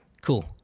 Cool